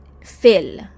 fill